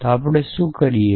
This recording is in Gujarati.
તો આપણે શું કરીએ